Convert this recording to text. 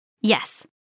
Yes